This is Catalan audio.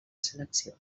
selecció